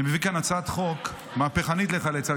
אני מביא כאן הצעת חוק מהפכנית לחיילי צה"ל.